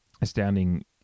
astounding